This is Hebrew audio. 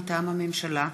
מטעם הממשלה: